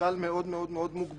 משקל מאוד מוגבל.